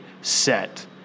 set